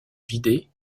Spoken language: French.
vidé